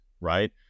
right